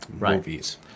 movies